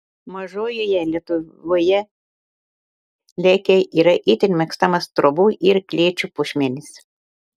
mažojoje lietuvoje lėkiai yra itin mėgstamas trobų ir klėčių puošmenys